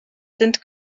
sind